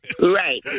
Right